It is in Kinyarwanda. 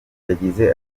yagize